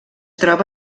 troba